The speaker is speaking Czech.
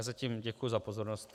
Zatím děkuji za pozornost.